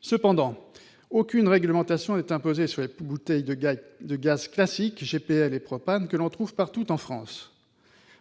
Cependant, aucune réglementation n'est imposée sur les bouteilles de gaz classiques, GPL ou propane, que l'on trouve partout en France.